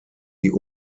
die